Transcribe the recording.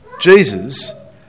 Jesus